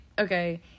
okay